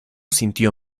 sintió